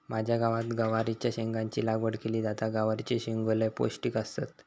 माझ्या गावात गवारीच्या शेंगाची लागवड केली जाता, गवारीचे शेंगो लय पौष्टिक असतत